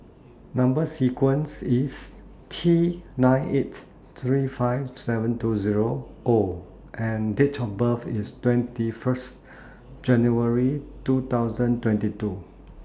Number sequence IS T nine eight three five seven two Zero O and Date of birth IS twenty First January two thousand twenty two